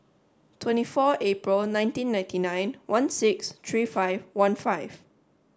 twenty four April nineteen ninety nine one six three five one five